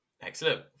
Excellent